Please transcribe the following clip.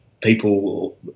people